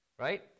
right